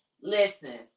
listen